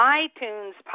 iTunes